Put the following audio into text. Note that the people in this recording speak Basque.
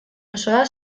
osoa